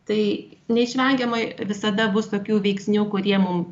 tai neišvengiamai visada bus tokių veiksnių kurie mum